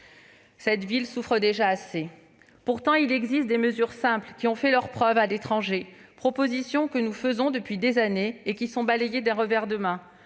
Cette ville souffre déjà assez. Pourtant, il existe des mesures simples, qui ont fait leurs preuves à l'étranger et que nous proposons depuis des années. Elles sont balayées d'un revers de main.